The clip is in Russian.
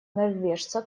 норвежца